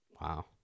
Wow